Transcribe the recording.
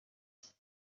give